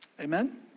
Amen